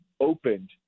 opened